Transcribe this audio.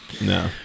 No